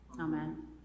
Amen